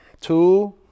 Two